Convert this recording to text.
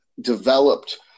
developed